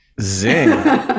Zing